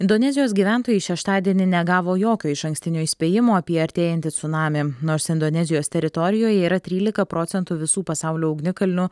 indonezijos gyventojai šeštadienį negavo jokio išankstinio įspėjimo apie artėjantį cunamį nors indonezijos teritorijoje yra trylika procentų visų pasaulio ugnikalnių